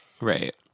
Right